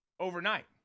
overnight